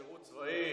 שירות צבאי,